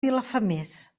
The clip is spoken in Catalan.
vilafamés